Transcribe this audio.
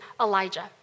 Elijah